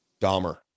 Dahmer